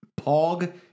Pog